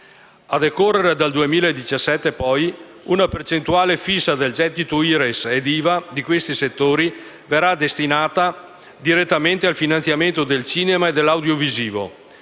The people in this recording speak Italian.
A decorrere dal 2017 poi, una percentuale fissa del gettito IRES e IVA di questi settori verrà destinata direttamente al finanziamento del cinema e dell'audiovisivo.